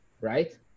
right